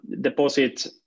deposit